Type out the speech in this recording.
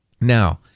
Now